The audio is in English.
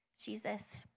Jesus